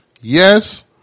yes